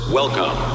welcome